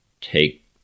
take